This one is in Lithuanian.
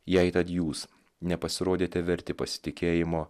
jei tad jūs nepasirodėte verti pasitikėjimo